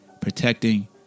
protecting